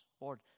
lord